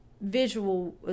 visual